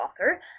author